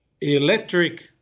electric